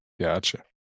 gotcha